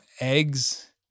eggs